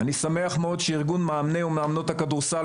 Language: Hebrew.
אני שמח מאוד שארגון מאמני ומאמנות הכדורסל,